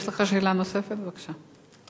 יש לך שאלה נוספת, בבקשה.